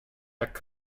jak